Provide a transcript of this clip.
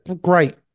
great